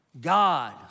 God